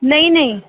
नही नही